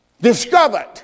discovered